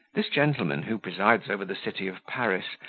this gentleman, who presides over the city of paris,